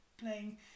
playing